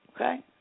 Okay